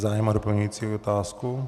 Je zájem o doplňující otázku?